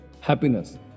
happiness